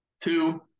Two